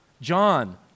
John